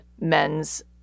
Men's